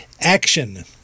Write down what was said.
action